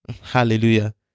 Hallelujah